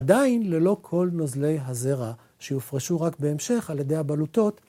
עדיין ללא כל נוזלי הזרע, שיופרשו רק בהמשך על ידי הבלוטות.